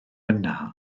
yna